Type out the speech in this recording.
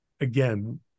Again